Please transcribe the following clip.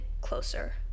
closer